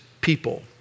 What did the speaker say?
people